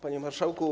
Panie Marszałku!